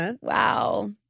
Wow